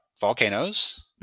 volcanoes